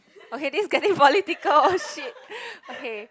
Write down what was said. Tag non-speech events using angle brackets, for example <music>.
okay this is getting political shit <laughs> okay